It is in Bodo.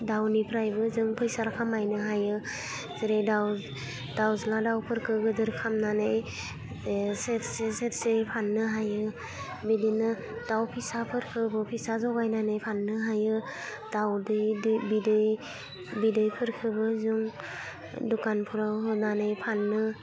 दाउनिफ्रायबो जों फैसा खामायनो हायो जेरै दाउ दाउज्ला दाउफोरखौ गिदिर खालामनानै सेरसे सेरसे फाननो हायो बिदिनो दाउ फिसाफोरखौबो फिसा जगायनानै फाननो हायो दावदै दै बिदै बिदैफोरखौबो जों दखानफ्राव होनानै फाननो